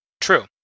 True